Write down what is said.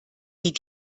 die